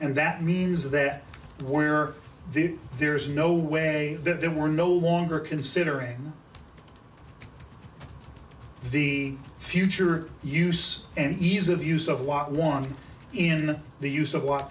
and that means that where there is no way that there were no longer considering the future use and ease of use of a lot one in the use of